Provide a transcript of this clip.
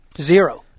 Zero